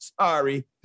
sorry